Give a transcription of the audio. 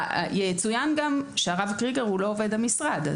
יצוין גם שהרב קריגר הוא לא עובד המשרד.